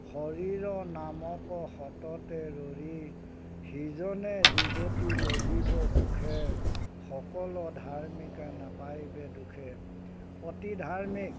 শৰীৰ নামকো হততে ৰৰি সিজনে জীগতি লভিব সুখে সকলো ধাৰ্মিকে নাপায়বে দুখে অতি ধাৰ্মিক